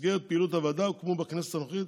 במסגרת פעילות הוועדה הוקמו בכנסת הנוכחית